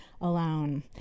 alone